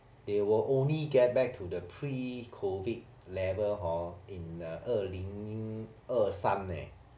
they will only get back to the pre-COVID level hor in uh 二零二三